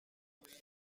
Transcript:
way